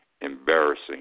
embarrassing